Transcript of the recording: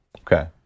Okay